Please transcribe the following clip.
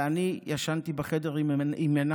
ואני ישנתי בחדר עם מנשה,